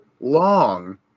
long